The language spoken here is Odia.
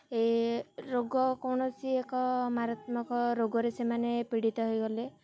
ଏ ରୋଗ କୌଣସି ଏକ ମାରାତ୍ମକ ରୋଗରେ ସେମାନେ ପୀଡ଼ିତ ହୋଇଗଲେ